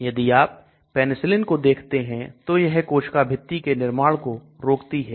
यदि आप Penicillin को देखते हैं तो यह कोशिका भित्ति के निर्माण को रोकती है